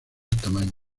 tamaño